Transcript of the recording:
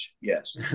Yes